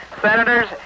senators